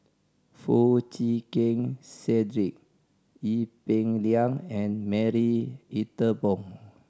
Foo Chee Keng Cedric Ee Peng Liang and Marie Ethel Bong